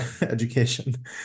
education